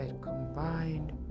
combined